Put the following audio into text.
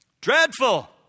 Dreadful